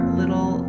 little